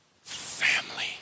family